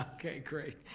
okay, great,